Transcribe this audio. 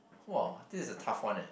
!wow! this is a tough one eh